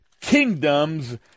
kingdoms